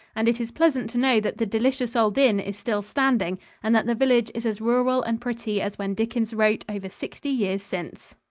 and it is pleasant to know that the delicious old inn is still standing and that the village is as rural and pretty as when dickens wrote over sixty years since.